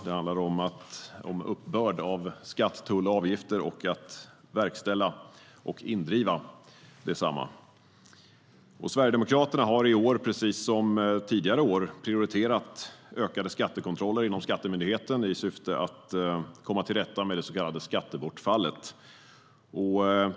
Det handlar om uppbörd av skatt, tull och avgifter och att verkställa och indriva desamma. Sverigedemokraterna har i år precis som tidigare år prioriterat ökade skattekontroller inom Skatteverket i syfte att komma till rätta med det så kallade skattebortfallet.